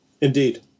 Indeed